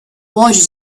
watch